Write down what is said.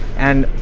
and